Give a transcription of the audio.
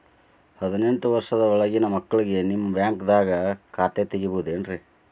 ಹದಿನೆಂಟು ವರ್ಷದ ಒಳಗಿನ ಮಕ್ಳಿಗೆ ನಿಮ್ಮ ಬ್ಯಾಂಕ್ದಾಗ ಖಾತೆ ತೆಗಿಬಹುದೆನ್ರಿ?